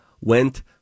went